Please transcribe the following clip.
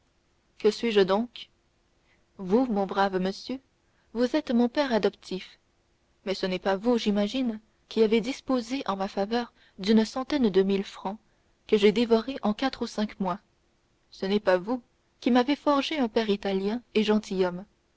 que suis-je donc vous mon brave monsieur vous êtes mon père adoptif mais ce n'est pas vous j'imagine qui avez disposé en ma faveur d'une centaine de mille francs que j'ai dévorés en quatre ou cinq mois ce n'est pas vous qui m'avez forgé un père italien et gentilhomme